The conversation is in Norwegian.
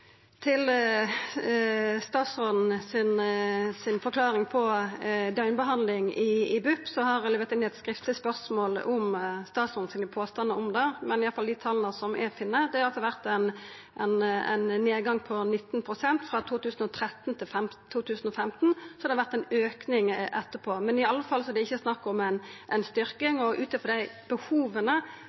i BUP: Eg har levert inn eit skriftleg spørsmål om påstandane frå statsråden om det. Men iallfall dei tala som eg har funne, viser at det har vore ein nedgang på 19 pst. frå 2013 til 2015, og så har det vore ein auke etterpå. Men det er iallfall ikkje snakk om ei styrking, og ut frå dei behova